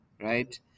right